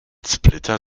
splitter